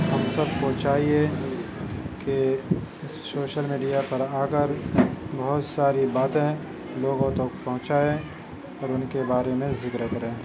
ہم سب کو چاہیے کہ شوشل میڈیا پر آ کر بہت ساری باتیں لوگوں تک پہنچائیں اور اُن کے بارے میں ذکر کریں